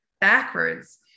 backwards